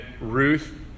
Ruth